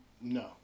No